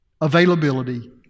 availability